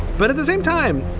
but at the same time,